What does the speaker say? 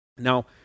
Now